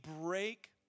break